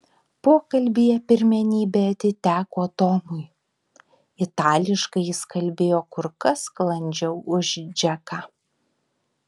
pokalbyje pirmenybė atiteko tomui itališkai jis kalbėjo kur kas sklandžiau už džeką